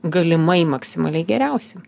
galimai maksimaliai geriausi